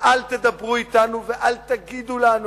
ואל תדברו אתנו ואל תגידו לנו